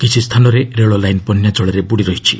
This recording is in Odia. କିଛି ସ୍ଥାନରେ ରେଳ ଲାଇନ୍ ବନ୍ୟା ଜଳରେ ବୁଡ଼ି ରହିଛି